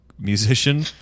musician